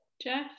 Jeff